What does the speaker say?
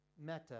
meta